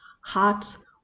hearts